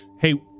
Hey